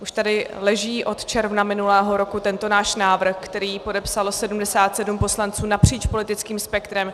Už tady leží od června minulého roku tento náš návrh, který podepsalo 77 poslanců napříč politickým spektrem.